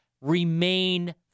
remain